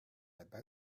about